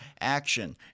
Action